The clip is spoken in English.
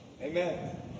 Amen